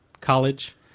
College